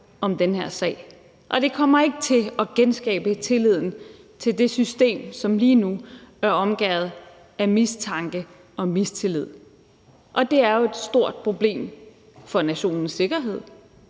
om den her sag, og det kommer ikke til at genskabe tilliden til det system, som lige nu er omgærdet af mistanke og mistillid. Det er jo stort problem for nationens sikkerhed,